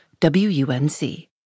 WUNC